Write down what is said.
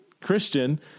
Christian